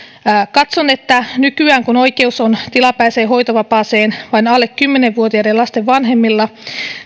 katson että kun nykyään oikeus tilapäiseen hoitovapaaseen on vain alle kymmenen vuotiaiden lasten vanhemmilla